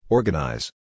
Organize